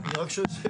רק שאלתי.